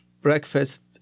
breakfast